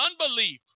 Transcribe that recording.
unbelief